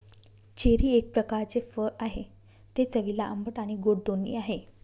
cherry एक प्रकारचे फळ आहे, ते चवीला आंबट आणि गोड दोन्ही आहे